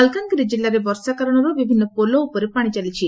ମାଲକାନଗିରି ଜିଲ୍ଲାରେ ବର୍ଷା କାରଣରୁ ବିଭିନ୍ନ ପୋଲ ଉପରେ ପାଶି ଚାଲିଛି